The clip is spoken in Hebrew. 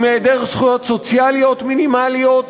עם היעדר זכויות סוציאליות מינימליות,